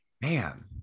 man